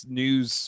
news